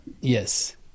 Yes